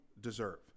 deserve